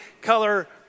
color